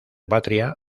patria